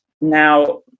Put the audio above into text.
Now